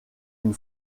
une